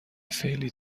فعلی